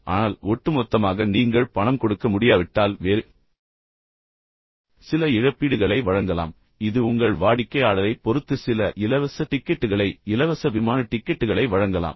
ஆனால் ஒட்டுமொத்தமாக நீங்கள் பணம் கொடுக்க முடியாவிட்டால் வேறு சில இழப்பீடுகளை வழங்கலாம் இது உங்கள் வாடிக்கையாளரைப் பொறுத்து சில இலவச டிக்கெட்டுகளை இலவச விமான டிக்கெட்டுகளை வழங்கலாம்